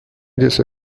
دسر